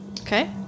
Okay